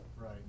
Right